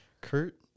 Kurt